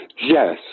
yes